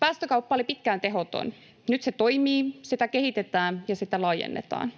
Päästökauppa oli pitkään tehoton. Nyt se toimii, sitä kehitetään ja sitä laajennetaan.